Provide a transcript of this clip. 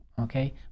okay